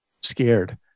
scared